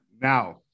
Now